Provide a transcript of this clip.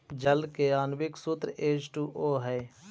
जल के आण्विक सूत्र एच टू ओ हई